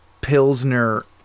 Pilsner